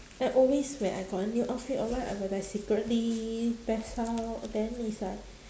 then always when I got a new outfit online I would like secretly test out then is like